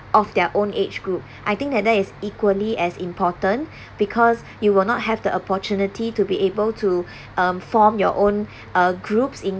of their own age group I think that that is equally as important because you will not have the opportunity to be able to um form your own uh groups in